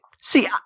see –